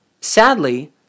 Sadly